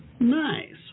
Nice